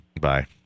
Bye